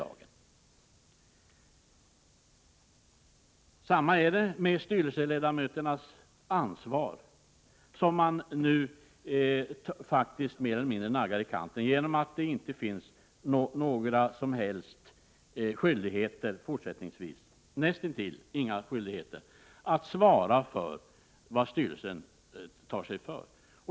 Samma sak är det med styrelseledamöternas ansvar, som man nu faktiskt mer eller mindre naggar i kanten genom att det fortsättningsvis näst intill inte skall finnas några som helst skyldigheter att svara för vad styrelsen tar sig före.